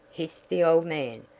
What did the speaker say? hissed the old man.